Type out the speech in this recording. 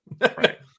Right